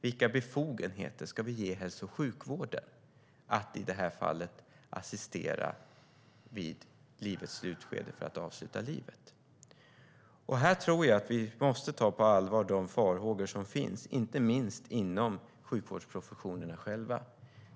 Vilka befogenheter ska vi ge hälso och sjukvården att assistera vid livets slutskede för att avsluta liv? Här tror jag att vi måste ta de farhågor som finns på allvar, inte minst inom sjukvårdsprofessionerna själva.